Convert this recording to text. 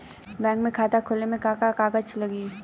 Bank में खाता खोले मे का का कागज लागी?